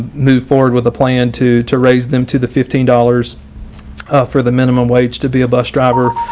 move forward with a plan to to raise them to the fifteen dollars for the minimum wage to be a bus driver.